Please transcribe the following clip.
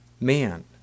man